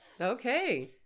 okay